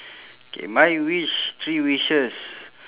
K my wish three wishes